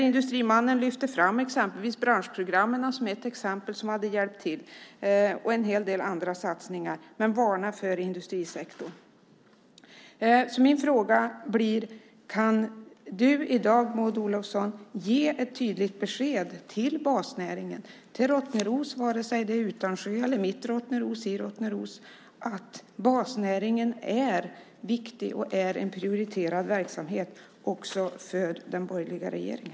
Industrimannen lyfte fram branschprogrammen och en del andra satsningar som exempel på vad som hade hjälpt till, men varnade för industrisektorn. Min fråga blir: Kan du i dag, Maud Olofsson, ge ett tydligt besked till basnäringen, till Rottneros - Utansjö eller mitt Rottneros i Rottneros - att basnäringen är viktig och att den är en prioriterad verksamhet också för den borgerliga regeringen?